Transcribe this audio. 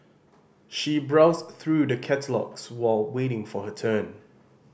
she browsed through the catalogues while waiting for her turn